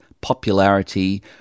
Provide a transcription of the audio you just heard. popularity